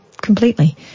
completely